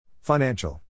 Financial